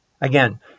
Again